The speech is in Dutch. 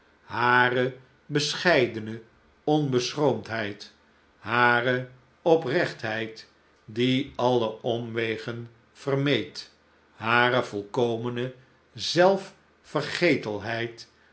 hare bescheidene onbeschroomdheid hare oprechtheid die alle omwegen vermeed hare volkomene